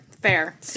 fair